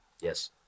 Yes